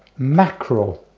mackerel